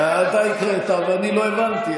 אתה הקראת ואני לא הבנתי.